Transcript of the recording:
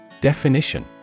Definition